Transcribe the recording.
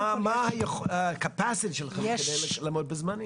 מה היכולת שלכם כדי לעמוד בזמנים?